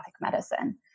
medicine